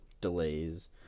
delays